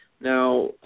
Now